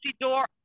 door